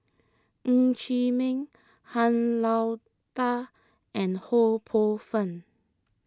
Ng Chee Meng Han Lao Da and Ho Poh Fun